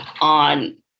on